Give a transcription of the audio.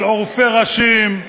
על עורפי ראשים,